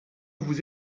vous